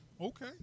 Okay